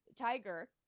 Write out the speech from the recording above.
tiger